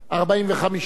אין נמנעים,